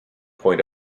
point